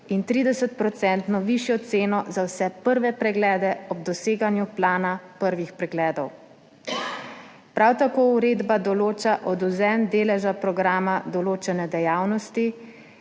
in 30 % višjo ceno za vse prve preglede ob doseganju plana prvih pregledov. Uredba prav tako določa odvzem deleža programa določene dejavnosti